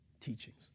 teachings